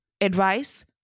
advice